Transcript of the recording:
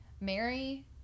Mary